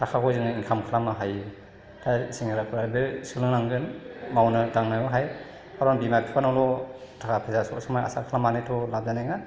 थाखाखौ जोङो इनकाम खालामनो हायो ओमफ्राय सेंग्राफोराबो सोलोंनांगोन मावनो दांनायावहाय कारन बिमा बिफानावल' थाखा फैसा सब समाय आसा खालामनानैथ' लाब जानाय नङा